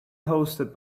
hosted